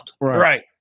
Right